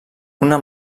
una